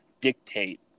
dictate